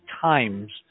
times